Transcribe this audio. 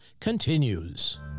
continues